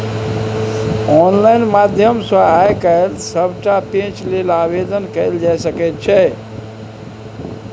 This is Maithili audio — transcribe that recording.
आनलाइन माध्यम सँ आय काल्हि सभटा पैंच लेल आवेदन कएल जाए सकैत छै